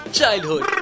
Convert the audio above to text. Childhood